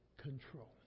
control